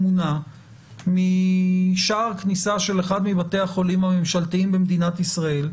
תמונה משער כניסה של אחד מבתי החולים הממשלתיים במדינת ישראל,